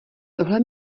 tohle